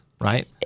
right